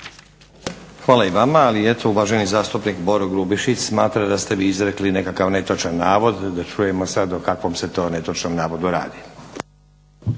Hvala i vama. Ali eto uvaženi zastupnik Boro Grubišić smatra da ste vi izrekli nekakav netočan navod, da čujemo sada o kakvom se to netočnom navodu radi.